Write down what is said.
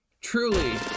truly